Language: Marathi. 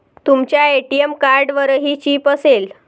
तुमच्या ए.टी.एम कार्डवरही चिप असेल